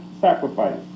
sacrifice